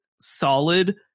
solid